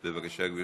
בבקשה, גברתי.